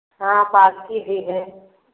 हाँ पारसी भी है